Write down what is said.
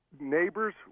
Neighbors